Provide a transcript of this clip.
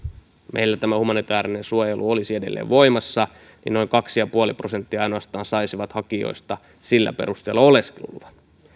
meillä tämä humanitäärinen suojelu olisi edelleen voimassa niin ainoastaan noin kaksi pilkku viisi prosenttia hakijoista saisi sillä perusteella oleskeluluvan